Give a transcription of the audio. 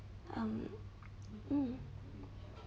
um hmm